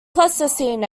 pleistocene